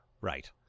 Right